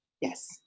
Yes